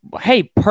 hey